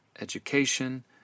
education